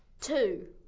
Two